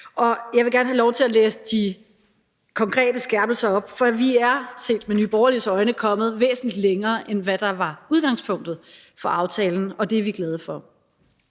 og jeg vil gerne have lov til at læse de konkrete skærpelser op, for vi er, set med Nye Borgerliges øjne, kommet væsentlig længere, end hvad der var udgangspunktet for aftalen, og det er vi glade for.